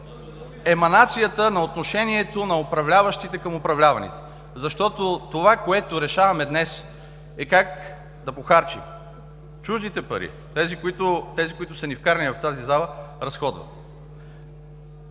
еманацията на отношението на управляващите към управляваните, защото това, което решаваме днес, е как да похарчим чуждите пари – тези, които са ни вкарани в тази зала, разходват.